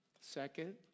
Second